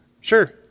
Sure